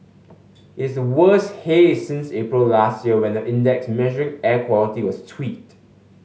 it's the worst haze since April last year when the index measuring air quality was tweaked